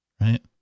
right